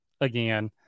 again